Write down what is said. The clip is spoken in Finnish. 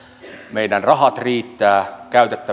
meidän rahamme riittävät